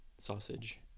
sausage